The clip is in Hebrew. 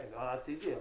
כן, העתידי.